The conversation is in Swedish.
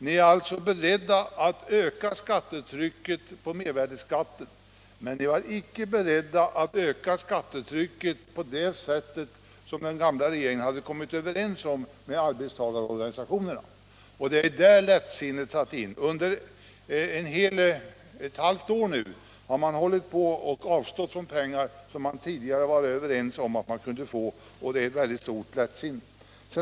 Ni är beredda att öka skattetrycket genom höjning av mervärdeskatten, men ni är icke beredda att öka skattetrycket på det sätt som den gamla regeringen hade kommit överens om med löntagarorganisationerna. Det är där lättsinnet satt in. Under ett halvt år har regeringen nu avstått från att få in pengar som den förra regeringen var överens med löntagarna om att man skulle få. Det är ett väldigt stort lättsinne.